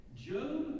Job